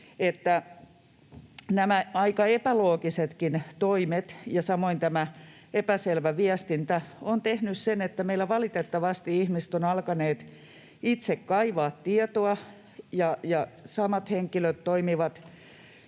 nämä aika epäloogisetkin toimet ja samoin tämä epäselvä viestintä ovat tehneet sen, että meillä valitettavasti ihmiset ovat alkaneet itse kaivaa tietoa ja samat henkilöt toimivat